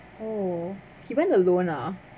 oh he went alone ah